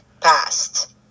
past